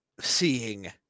seeing